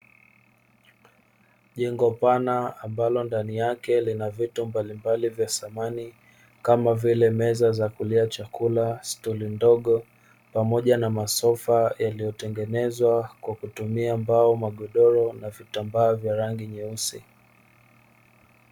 Jengo pana ambalo ndani yake lina vitu vya samani kama vile:meza za kulia chakula, stuli ndogo pamoja na masofa, yaliyotengenezwa kwa kutumia mbao na magodoro na vitambaa vya rangi nyeusi.